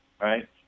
right